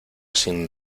sin